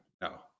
no